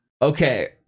Okay